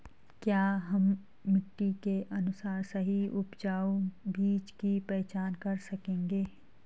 क्या हम मिट्टी के अनुसार सही उपजाऊ बीज की पहचान कर सकेंगे?